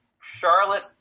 Charlotte